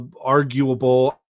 arguable